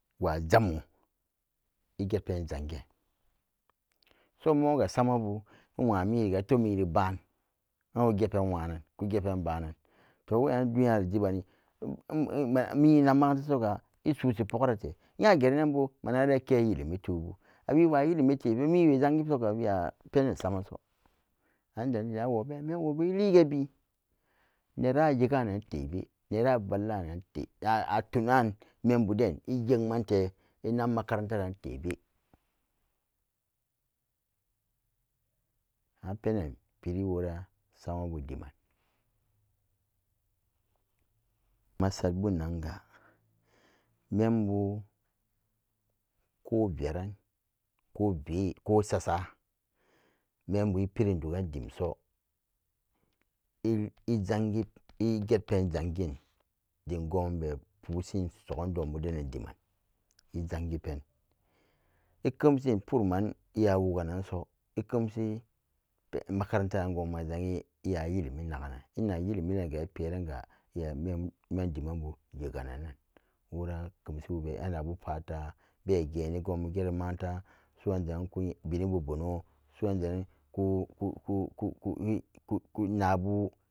Wa jamo eget pen jangen so moon ga samabu i'nwamiriga etebmiri ba'an an ege pen nwa nan kuge pebanan to weyan duniyaro jibani mi nak makaranta soga icuci poggarate nya geranan bo manaran eke illumi tubu a wewa ilimi tebe miwe zangi soga wii apenden samanso an daliliden a wobeen menwobu diege bien naran a yegenan tebe nera'avallanante atuan membuden eyekmante enak makarantaran tebe an peden piri wora samabu diman masagbunanga membu ko veran kocee ko sasa membu pirin toggan dimso eget pen zangin dim go'onbu poshin sogkum donbu denan diman ezangi pen ekemshin purumanso ekemshi makarantran go'onbu mazangin iya illimi nagganan enak illimi deriga eperanga iyamem demanbu nyega-nan wora kemsibube anakbu fata begeni go'onbu geri makaranta su'an deran ku benibu bono su'an deran